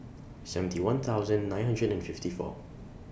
seventy one thousand nine hundred and fifty four